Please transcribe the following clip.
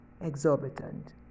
exorbitant